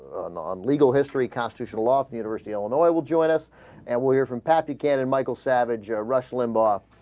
um legal history constitutional law university illinois will join us and we're from pat buchanan michael savage of rush limbaugh ah.